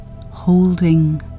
holding